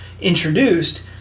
introduced